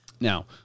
Now